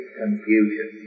confusion